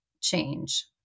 change